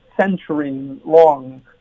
century-long